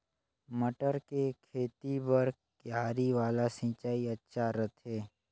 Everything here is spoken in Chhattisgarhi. मटर के खेती बर क्यारी वाला सिंचाई अच्छा रथे?